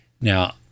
Now